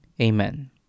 Amen